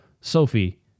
Sophie